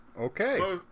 Okay